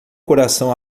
coração